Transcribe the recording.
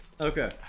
Okay